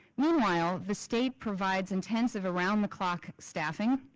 meanwhile, the state provides intensive around the clock staffing,